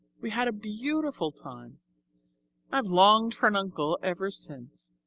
we had a beautiful time i've longed for an uncle ever since.